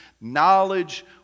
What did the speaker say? knowledge